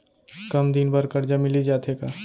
कम दिन बर करजा मिलिस जाथे का?